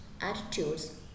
attitudes